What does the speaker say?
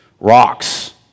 Rocks